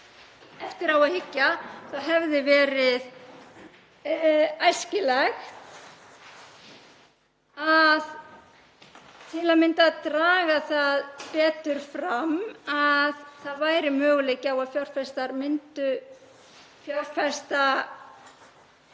eftir á að hyggja hefði verið æskilegt að til að mynda draga það betur fram að það væri möguleiki á að fjárfestar myndu fjárfesta